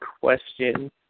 question